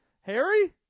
Harry